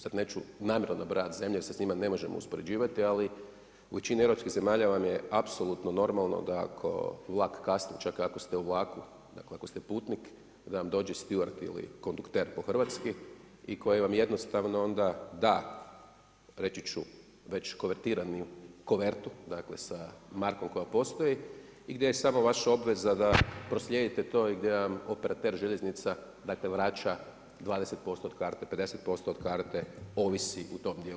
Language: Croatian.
Sad neću namjerno nabrajati zemlje, jer se s njim ne možemo uspoređivati, ali u većini europskih zemalja vam je apsolutno normalno da ako vlak kasni, čak i ako ste u vlaku, dakle, ako ste putnik, vam dođe stjuard ili kondukter po hrvatski i koji vam jednostavno onda da, reći ću već kuvertirani, kovertu, dakle, sa markom koja postoji, i gdje je samo vaša obveza da proslijedite to i gdje vam operater željeznica vraća 20% od karte, 50% od karte, ovisi o tom dijelu.